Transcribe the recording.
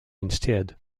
instead